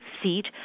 seat